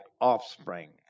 offspring